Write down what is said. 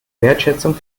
wertschätzung